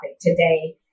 today